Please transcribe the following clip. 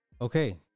Okay